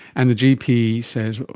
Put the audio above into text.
and the gp says,